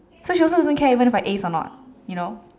so she also doesn't care even if I ace or not you know